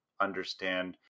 understand